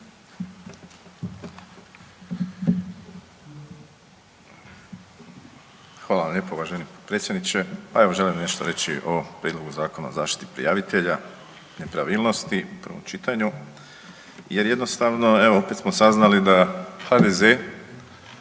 Hvala vam lijepo uvaženi potpredsjedniče. Pa evo želim nešto riječi o Prijedlogu zakona o zaštiti prijavitelja nepravilnosti u prvom čitanju, jer jednostavno evo opet smo saznali da HDZ